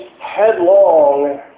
headlong